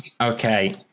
Okay